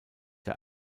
der